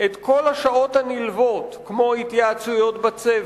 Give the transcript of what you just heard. את כל השעות הנלוות, כמו התייעצויות בצוות,